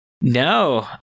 No